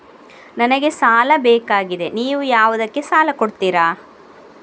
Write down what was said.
ನನಗೆ ಸಾಲ ಬೇಕಾಗಿದೆ, ನೀವು ಯಾವುದಕ್ಕೆ ಸಾಲ ಕೊಡ್ತೀರಿ?